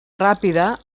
ràpida